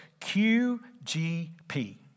QGP